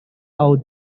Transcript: our